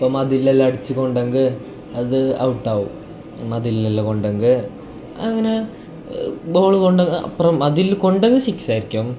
അപ്പോൾ മതിൽ എല്ലാം അടിച്ചു കൊണ്ടെങ്കിൽ അത് ഔട്ട് ആവും മതിൽ എല്ലാം കൊണ്ടെങ്കിൽ അങ്ങനെ ബോൾ കൊണ്ട് അപ്പുറം മതിൽ കൊണ്ടെങ്കിൽ സിക്സ് ആയിരിക്കും